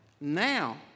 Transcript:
now